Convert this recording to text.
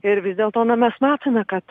ir vis dėlto na mes matome kad